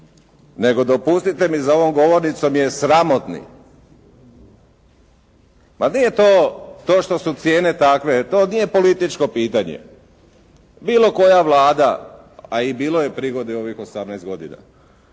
nego, dopustite mi za ovom govornicom, sramotni. Pa nije to što su cijene takve, to nije političko pitanje. Bilo koja Vlada, a i bilo je prigode u ovih 18 godina,